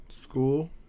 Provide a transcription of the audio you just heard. school